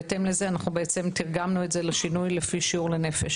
בהתאם לזה אנחנו תרגמנו את זה לשינוי לפי שיעור לנפש.